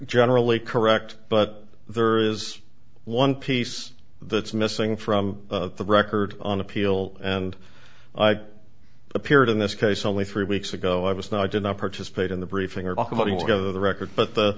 generally correct but there is one piece that's missing from the record on appeal and i appeared in this case only three weeks ago i was not i did not participate in the briefing or talk about it together the record but